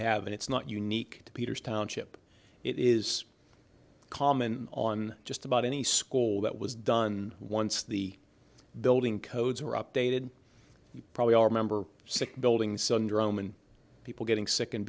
have it's not unique to peter's township it is common on just about any school that was done once the building codes are updated you probably all remember sick building syndrome and people getting sick